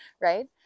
right